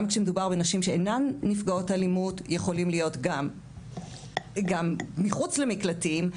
גם כשמדובר בנשים שאינן נפגעות אלימות יכולים להיות גם מחוץ למקלטים,